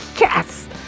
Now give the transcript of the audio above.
Yes